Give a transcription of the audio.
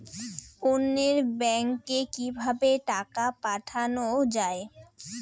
অন্যত্র ব্যংকে কিভাবে টাকা পাঠানো য়ায়?